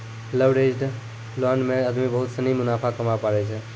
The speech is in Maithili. लवरेज्ड लोन मे आदमी बहुत सनी मुनाफा कमाबै पारै छै